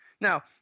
Now